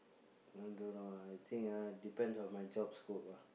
I don't know ah I think ah depends on my job scope ah